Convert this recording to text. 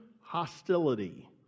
hostility